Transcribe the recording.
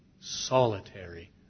solitary